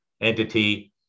entity